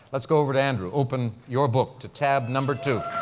let's go over to andrew. open your book to tab number two.